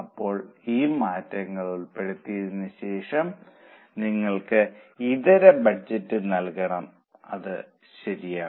ഇപ്പോൾ ഈ മാറ്റങ്ങൾ ഉൾപ്പെടുത്തിയതിന് ശേഷം നിങ്ങൾ ഇതര ബജറ്റ് നൽകണം അത് ശരിയാണ്